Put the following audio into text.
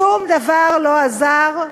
שום דבר לא עזר,